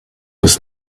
was